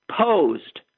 posed